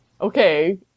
okay